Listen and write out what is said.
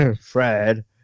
Fred